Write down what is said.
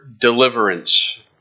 deliverance